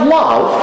love